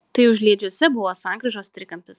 tai užliedžiuose buvo sankryžos trikampis